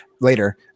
later